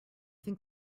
think